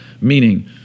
meaning